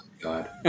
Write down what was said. God